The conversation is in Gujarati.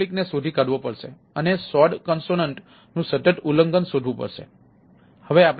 જો કોન્ફ્લિક્ટ નું સતત ઉલ્લંઘન શોધવું પડશે